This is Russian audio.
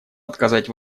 отказать